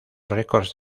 records